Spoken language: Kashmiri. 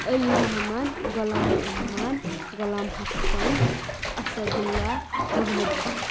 علی محمد غلام محمد غلام حسن اَسدُللہ محمد یوٗسف